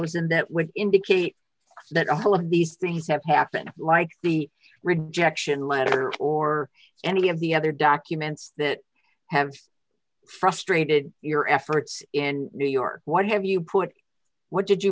rosen that would indicate that all of these things have happened like the rejection letter or any of the other documents that have frustrated your efforts in new york what have you put what did you